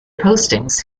postings